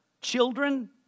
children